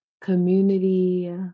community